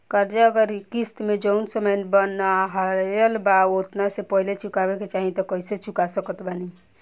कर्जा अगर किश्त मे जऊन समय बनहाएल बा ओतना से पहिले चुकावे के चाहीं त कइसे चुका सकत बानी?